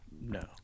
No